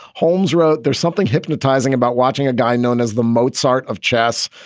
holmes wrote there's something hypnotising about watching a guy known as the mozart of chess,